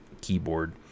keyboard